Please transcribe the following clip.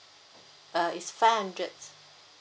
uh it's five hundred